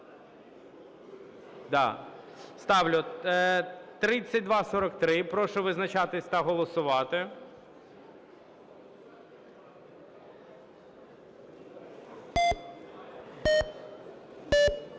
Да. Ставлю 3243. Прошу визначатись та голосувати.